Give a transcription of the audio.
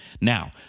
Now